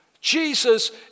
Jesus